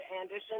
Anderson